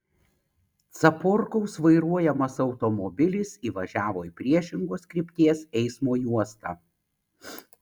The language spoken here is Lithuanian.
caporkaus vairuojamas automobilis įvažiavo į priešingos krypties eismo juostą